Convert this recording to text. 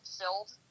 filled